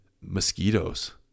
mosquitoes